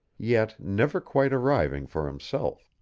yet never quite arriving for himself.